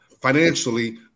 Financially